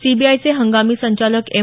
सीबीआयचे हंगामी संचालक एम